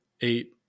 eight